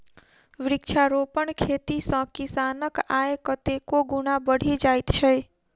वृक्षारोपण खेती सॅ किसानक आय कतेको गुणा बढ़ि जाइत छै